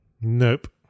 Nope